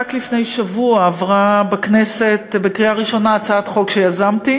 רק לפני שבוע עברה בכנסת בקריאה ראשונה הצעת חוק שיזמתי